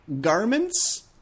garments